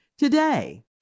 Today